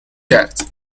کرد